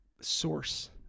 source